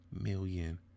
million